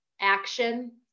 Action